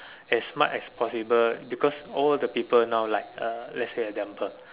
as smart as possible because all the people now like uh let's say example